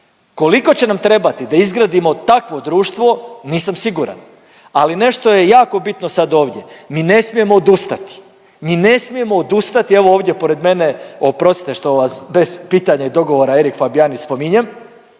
Koliko će nam trebati da izgradimo takvo društvo nisam siguran, ali nešto je jako bitno sad ovdje. Mi ne smijemo odustati! Mi ne smijemo odustati! Evo ovdje pored mene, oprostite što vas bez pitanja i dogovora Erik Fabijanić spominjem,